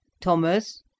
Thomas